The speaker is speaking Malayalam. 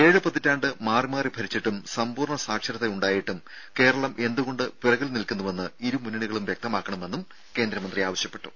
ഏഴ് പതിറ്റാണ്ട് മാറിമാറി ഭരിച്ചിട്ടും സമ്പൂർണ സാക്ഷരത ഉണ്ടായിട്ടും കേരളം എന്തുകൊണ്ട് പിറകിൽ നിൽക്കുന്നുവെന്ന് ഇരു മുന്നണികളും വ്യക്തമാക്കണമെന്ന് കേന്ദ്രമന്ത്രി ആവശ്യപ്പെട്ടു